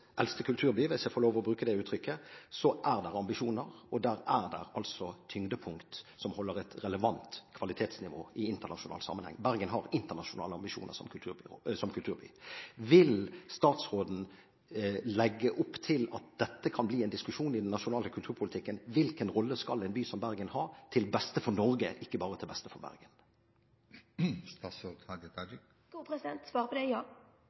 kulturby – hvis jeg får lov til å bruke det uttrykket – er det ambisjoner, og der er det altså tyngdepunkter som holder et relevant kvalitetsnivå i internasjonal sammenheng. Bergen har internasjonale ambisjoner som kulturby. Vil statsråden legge opp til at dette kan bli en diskusjon i den nasjonale kulturpolitikken, og hvilken rolle skal en by som Bergen ha til beste for Norge, ikke bare til beste for Bergen?